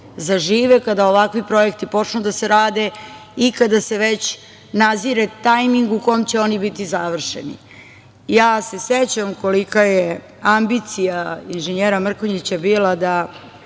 zažive, kada ovakvi projekti počnu da se rade i kada se već nazire tajming u kom će oni biti završeni. Ja se sećam kolika je ambicija inženjera Mrkonjića bila da